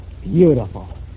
Beautiful